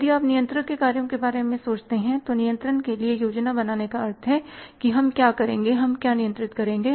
यदि आप नियंत्रक के कार्यों के बारे में सोचते हैं तो नियंत्रण के लिए योजना बनाने का अर्थ है कि हम क्या करेंगे हम क्या नियंत्रित करेंगे